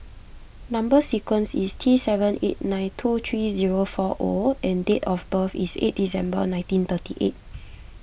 Number Sequence is T seven eight nine two three zero four O and date of birth is eighth December nineteen thirty eight